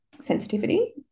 sensitivity